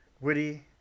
witty